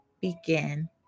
begin